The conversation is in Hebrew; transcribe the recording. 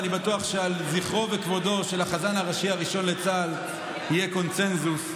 ואני בטוח שעל זכרו וכבודו של החזן הראשי הראשון לצה"ל יהיה קונסנזוס,